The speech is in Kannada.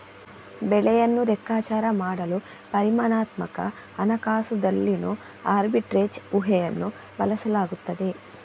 ಬೆಲೆಯನ್ನು ಲೆಕ್ಕಾಚಾರ ಮಾಡಲು ಪರಿಮಾಣಾತ್ಮಕ ಹಣಕಾಸುದಲ್ಲಿನೋ ಆರ್ಬಿಟ್ರೇಜ್ ಊಹೆಯನ್ನು ಬಳಸಲಾಗುತ್ತದೆ